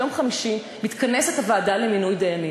ביום חמישי מתכנסת הוועדה לבחירת דיינים.